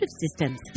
systems